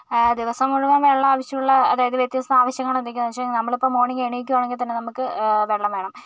ദിവസം മുഴുവൻ വെള്ളം ആവശ്യമുള്ള അതായത് വ്യത്യസ്ത ആവശ്യങ്ങൾ എന്തൊക്കെയാണ് എന്ന് വെച്ച് കഴിഞ്ഞാൽ നമ്മൾ ഇപ്പോൾ മോർണിംഗ് എണിക്കുകയാണെങ്കിൽ തന്നെ നമുക്ക് തന്നെ നമുക്ക് വെള്ളം വേണം